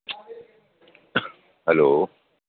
hello